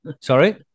Sorry